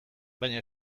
baina